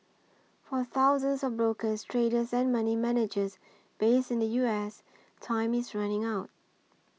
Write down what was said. for thousands of brokers traders and money managers based in the U S time is running out